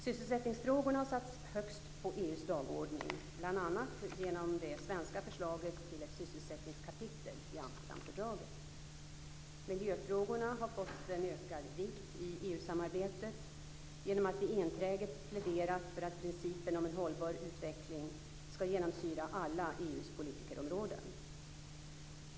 Sysselsättningsfrågorna har satts högst på EU:s dagordning, bl.a. genom det svenska förslaget till ett nytt sysselsättningskapitel i Amsterdamfördraget. Miljöfrågorna har fått en ökad vikt i EU-samarbetet genom att vi enträget pläderat för att principen om en hållbar utveckling skall genomsyra alla EU:s politikområden.